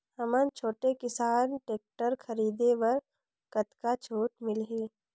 हमन छोटे किसान टेक्टर खरीदे बर कतका छूट मिलही?